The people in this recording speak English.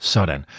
Sådan